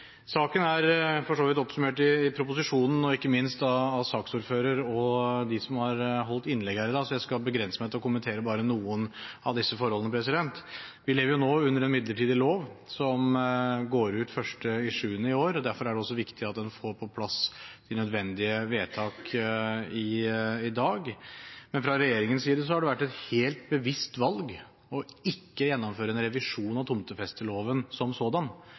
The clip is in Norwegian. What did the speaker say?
Saken er for så vidt oppsummert i proposisjonen og ikke minst av saksordføreren og dem som har holdt innlegg her i dag, så jeg skal begrense meg til å kommentere bare noen av disse forholdene. Vi lever nå under en midlertidig lov som går ut 1. juli i år, og derfor er det også viktig at en får på plass de nødvendige vedtak i dag. Men fra regjeringens side har det vært et helt bevisst valg ikke å gjennomføre en revisjon av tomtefesteloven som sådan.